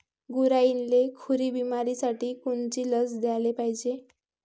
गुरांइले खुरी बिमारीसाठी कोनची लस द्याले पायजे?